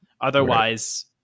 Otherwise